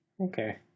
Okay